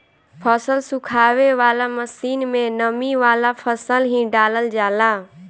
फसल सुखावे वाला मशीन में नमी वाला फसल ही डालल जाला